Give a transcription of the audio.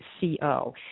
C-O